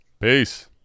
Peace